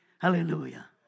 Hallelujah